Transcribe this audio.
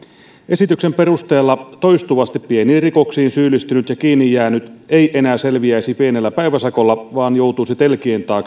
esityksen perusteella toistuvasti pieniin rikoksiin syyllistynyt ja kiinni jäänyt ei enää selviäisi pienellä päiväsakolla vaan joutuisi telkien taakse